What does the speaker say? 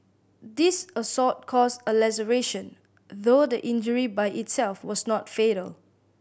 this assault caused a laceration though the injury by itself was not fatal